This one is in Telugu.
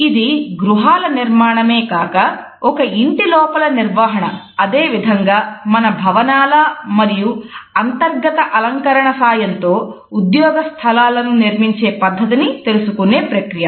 ఇది గృహాల నిర్మాణమే కాక ఒక ఇంటి లోపలి నిర్వహణ అదేవిధంగా మనం భవనాల మరియు అంతర్గత అలంకరణ సాయంతో ఉద్యోగ స్థలాలను నిర్మించే పద్ధతిని తెలుసుకునే ప్రక్రియ